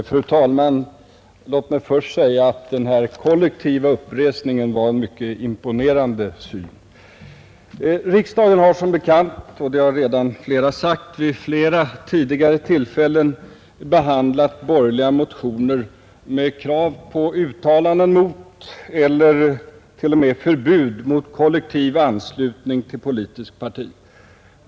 Fru talman! Låt mig först säga att den här kollektiva uppresningen var en mycket imponerande syn. Riksdagen har som bekant — och det har redan flera sagt — vid flera tidigare tillfällen behandlat borgerliga motioner med krav på uttalanden mot eller t.o.m. förbud mot kollektiv anslutning till politiskt parti.